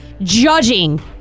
judging